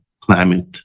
climate